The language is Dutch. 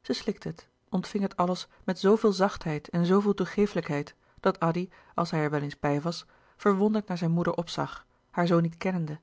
zij slikte het ontving het alles met zooveel zachtheid en zooveel toegeeflijkheid dat addy als hij er wel eens bij was verwonderd naar zijn moeder opzag haar zoo niet kennende